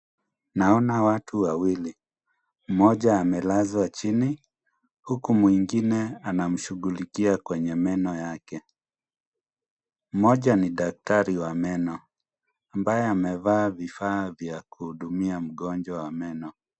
Naona watu wawili, mmoja amelazwa chini huku mwengine anamshughulikia kwenye meno yake. Mmoja ni daktari wa meno ambaye amevaa vifaa vya kuhudumia mgonjwa wa meno.